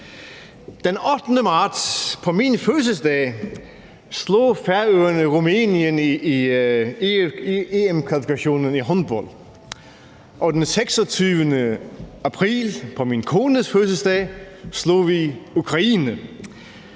Den 8. marts, på min fødselsdag, slog Færøerne Rumænien i EM-kvalifikationen i håndbold, og den 26. april, på min kones fødselsdag, slog vi Ukraine,